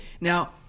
Now